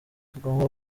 tugomba